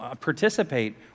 participate